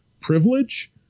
privilege